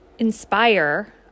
inspire